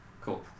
Cool